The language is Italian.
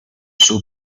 suo